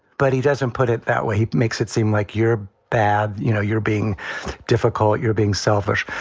but he doesn't put it that way. he makes it seem like you're bad. you know, you're being difficult. you're being selfish.